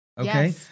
Okay